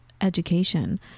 education